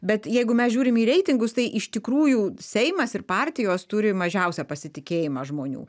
bet jeigu mes žiūrim į reitingus tai iš tikrųjų seimas ir partijos turi mažiausią pasitikėjimą žmonių